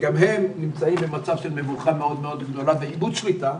שגם הם נמצאים במצב של מבוכה גדולה מאוד ואיבוד שליטה.